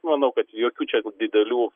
manau kad jokių čia didelių